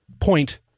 point